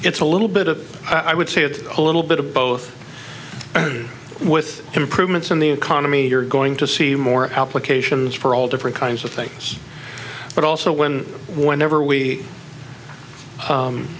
it's a little bit of i would say with a little bit of both with improvements in the economy you're going to see more applications for all different kinds of things but also when whenever we